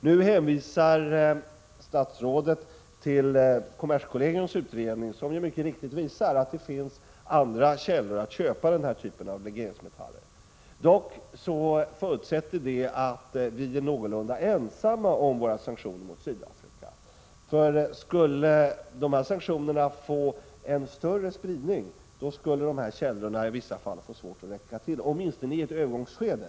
Nu hänvisar statsrådet till kommerskollegiums utredning, som mycket riktigt visar att det finns andra källor att köpa den här typen av legeringsmetaller från. Dock förutsätter det att vi är någorlunda ensamma om våra sanktioner mot Sydafrika. Skulle sanktionerna få en större spridning, skulle dessa källor i vissa fall få svårt att räcka till - åtminstone i ett övergångsskede.